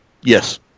Yes